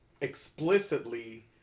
explicitly